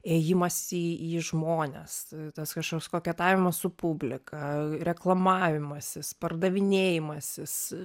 ėjimas į į žmones tas kažkoks koketavimas su publika reklamavimasis pardavinėjimasis